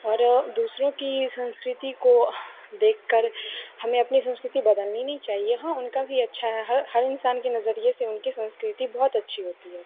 और दूसरों की संस्कृति को देखकर हमें अपनी संस्कृति बदलनी नहीं चाहिए हाँ उनका भी अच्छा है हर हर इंसान के नज़रिए से उनकी संस्कृति बहुत अच्छी होती है